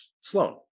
Sloan